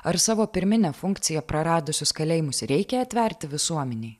ar savo pirminę funkciją praradusius kalėjimus reikia atverti visuomenei